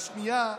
השנייה,